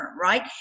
right